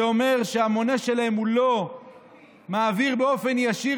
זה אומר שהמונה שלהם לא מעביר באופן ישיר